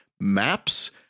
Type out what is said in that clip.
maps